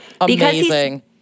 Amazing